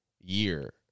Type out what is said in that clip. year